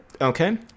Okay